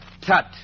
tut